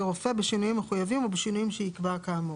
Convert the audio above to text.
רופא בשינויים המחויבים או בשינויים שיקבע כאמור.